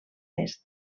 est